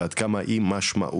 ועד עמה היא משמעותית.